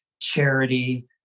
charity